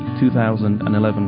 2011